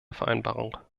vereinbarung